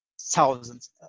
thousands